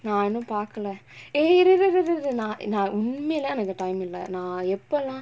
நா இன்னும் பாக்கல:naa innum paakkala eh இரு இரு இரு இரு நா நா உண்மைலயே எனக்கு:iru iru iru iru naa naa unmailayae enakku time இல்ல நா எப்பலா:illa naa eppalaa